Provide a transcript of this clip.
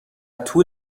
طول